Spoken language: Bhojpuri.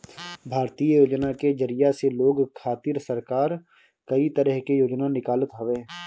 भारतीय योजना के जरिया से लोग खातिर सरकार कई तरह के योजना निकालत हवे